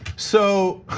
so